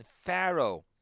Pharaoh